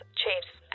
chase